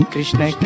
Krishna